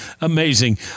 amazing